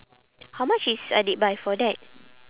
how much is adik buy for that